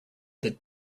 that